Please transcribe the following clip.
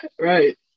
right